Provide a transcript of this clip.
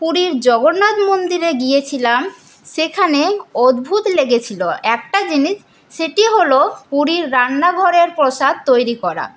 পুরীর জগন্নাথ মন্দিরে গিয়েছিলাম সেখানে অদ্ভুত লেগেছিল একটা জিনিস সেটি হল পুরীর রান্নাঘরের প্রসাদ তৈরি করা